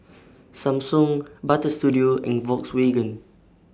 Samsung Butter Studio and Volkswagen